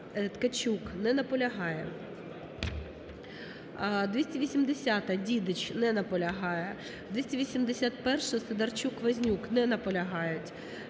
Ткачук. Не наполягає. 280-а, Дідич. Не наполягає. 281-а, Сидорчук, Вознюк. Не наполягають.